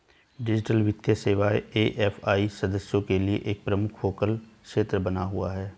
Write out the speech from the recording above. digital वित्तीय सेवाएं AFI सदस्यों के लिए एक प्रमुख फोकस क्षेत्र बना हुआ है